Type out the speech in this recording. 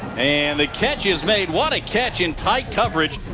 and the catch is made. what a catch in tight coverage.